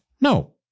No